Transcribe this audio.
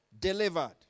delivered